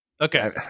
Okay